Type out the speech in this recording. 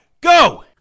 go